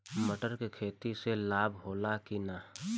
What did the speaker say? मटर के खेती से लाभ होला कि न?